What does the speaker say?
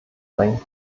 bringen